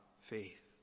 faith